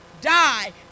die